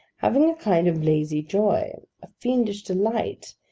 having a kind of lazy joy of fiendish delight,